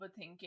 overthinking